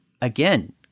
again